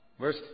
verse